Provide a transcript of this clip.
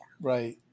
Right